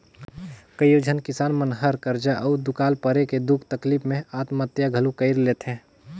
कयोझन किसान मन हर करजा अउ दुकाल परे के दुख तकलीप मे आत्महत्या घलो कइर लेथे